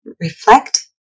reflect